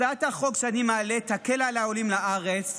הצעת החוק שאני מעלה תקל על העולים לארץ,